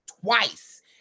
twice